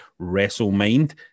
WrestleMind